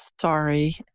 sorry